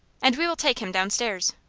and we will take him downstairs.